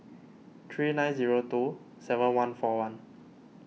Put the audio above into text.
three nine zero two seven one four one